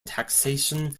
taxation